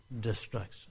destruction